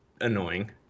annoying